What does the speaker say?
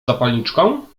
zapalniczką